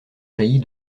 jaillit